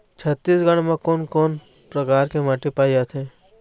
छत्तीसगढ़ म कोन कौन प्रकार के माटी पाए जाथे?